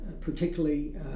particularly